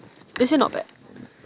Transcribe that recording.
actually not bad